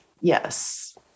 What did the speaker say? yes